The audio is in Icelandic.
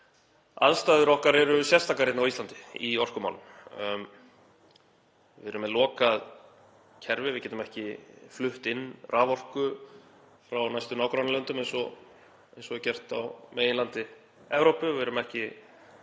aðstæður okkar eru sérstakar hérna á Íslandi í orkumálum. Við erum með lokað kerfi. Við getum ekki flutt inn raforku frá næstu nágrannalöndum eins og er gert á meginlandi Evrópu.